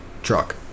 truck